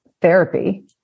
therapy